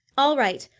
all right,